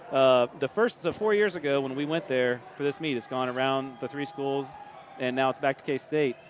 ah the first, so four years ago when we went there for this meet, it's gone around the three schools and now it's back to k-state.